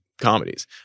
comedies